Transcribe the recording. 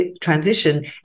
transition